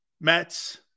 Mets